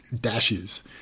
dashes